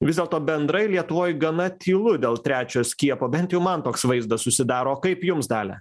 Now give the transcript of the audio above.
vis dėlto bendrai lietuvoj gana tylu dėl trečio skiepo bent jau man toks vaizdas susidaro o kaip jums dalia